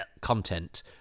content